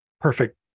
perfect